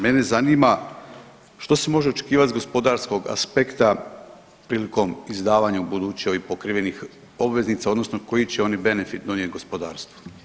Mene zanima što se može očekivati s gospodarskog aspekta prilikom izdavanja ubuduće ovih pokrivenih obveznica, odnosno koji će one benefit donijeti gospodarstvu?